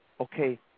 okay